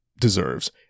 deserves